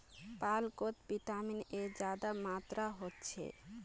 पालकोत vitamin A ज्यादा मात्रात होछे